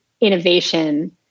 innovation